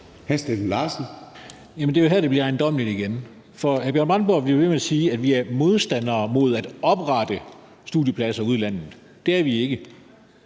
13:20 Steffen Larsen (LA): Det er jo her, det bliver ejendommeligt igen. For hr. Bjørn Brandenborg bliver ved med at sige, at vi er modstandere af at oprette studiepladser ude i landet. Det er vi ikke.